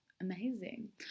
amazing